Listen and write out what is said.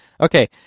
Okay